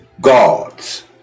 gods